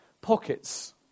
pockets